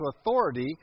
authority